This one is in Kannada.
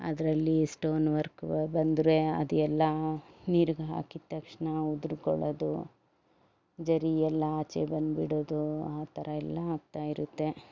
ಅದರಲ್ಲಿ ಸ್ಟೋನ್ ವರ್ಕ್ ಬಂದರೆ ಅದೆಲ್ಲ ನೀರಿಗೆ ಹಾಕಿದ ತಕ್ಷಣ ಉದುರಿಕೊಳ್ಳೋದು ಜರಿ ಎಲ್ಲ ಆಚೆ ಬಂದುಬಿಡೋದು ಆ ಥರ ಎಲ್ಲ ಆಗ್ತಾ ಇರುತ್ತೆ